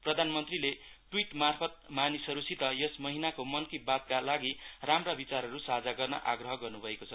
प्रधानमन्त्रीले ट्वीट मार्फत मानिसहरुसित यस महिनाको मन कि बातका लागि राम्रा विचारहरु साझा गर्न आग्रह गर्नुभएको छ